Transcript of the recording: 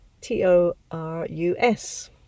T-O-R-U-S